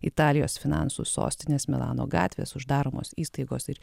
italijos finansų sostinės milano gatvės uždaromos įstaigos ir